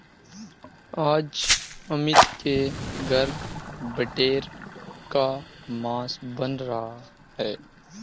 आज अमित के घर बटेर का मांस बन रहा है